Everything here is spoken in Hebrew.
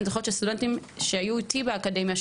אני זוכרת סטודנטים שהיו איתי באקדמיה,